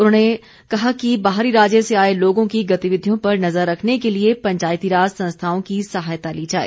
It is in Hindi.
उन्होंने कहा कि बाहरी राज्य से आए लोगों की गतिविधियों पर नज़र रखने के लिए पंचायती राज संस्थाओं की सहायता ली जाए